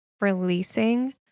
releasing